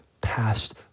past